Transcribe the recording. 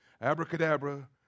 abracadabra